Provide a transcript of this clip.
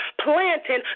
planting